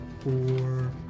four